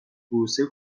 بروسل